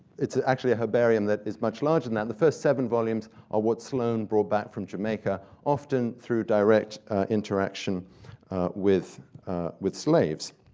it's actually a herbarium that is much larger now. and and the first seven volumes are what sloane brought back from jamaica, often through direct interaction with with slaves.